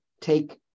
take